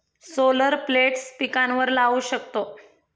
solar plates पिकांवर लाऊ शकतो